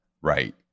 right